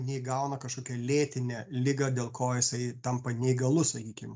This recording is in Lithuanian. nei gauna kažkokią lėtinę ligą dėl ko jisai tampa neįgalus sakykim